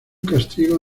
castigo